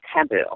taboo